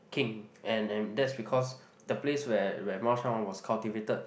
king and and that's because the place where where 猫山王:Mao-Shan-Wang was cultivated